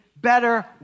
better